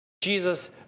Jesus